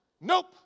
Nope